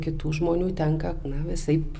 kitų žmonių tenka na visaip